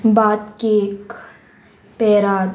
भात केक पेरात